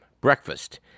breakfast